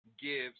gives